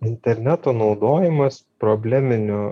interneto naudojimas probleminių